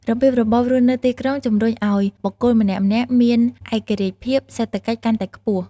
របៀបរបបរស់នៅទីក្រុងជំរុញឱ្យបុគ្គលម្នាក់ៗមានឯករាជ្យភាពសេដ្ឋកិច្ចកាន់តែខ្ពស់។